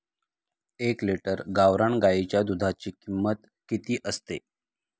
एक लिटर गावरान गाईच्या दुधाची किंमत किती असते?